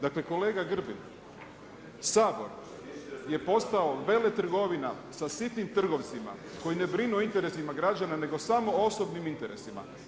Dakle, kolega Grbin, Sabor je postao veletrgovina, sa sitnim trgovcima koji ne brinu o interesima građana, nego samo o osobnim interesima.